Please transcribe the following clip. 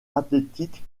athlétique